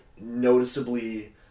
noticeably